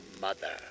mother